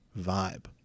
vibe